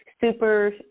super